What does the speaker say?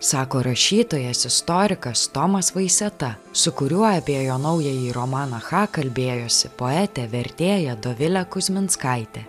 sako rašytojas istorikas tomas vaiseta su kuriuo apie jo naująjį romaną cha kalbėjosi poetė vertėja dovilė kuzminskaitė